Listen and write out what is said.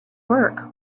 work